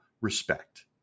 respect